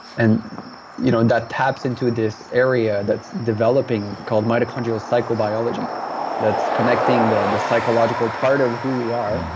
and you know and that taps into this area that's developing called mitochondrial psychobiology that's connecting the the psychological part of who we are.